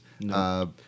No